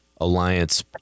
Alliance